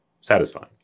satisfying